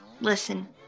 Listen